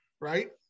right